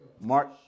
Mark